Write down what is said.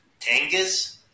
Tangas